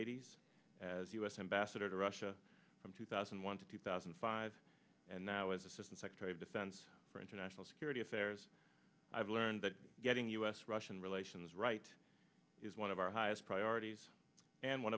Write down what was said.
eighty's as u s ambassador to russia from two thousand and one to two thousand and five and now as assistant secretary of defense for international security affairs i've learned that getting us russian relations right is one of our highest priorities and one